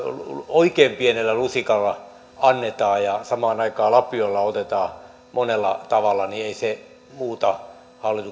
oikein pienellä lusikalla annetaan ja samaan aikaan lapiolla otetaan monella tavalla niin ei se muuta